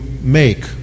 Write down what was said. make